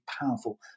powerful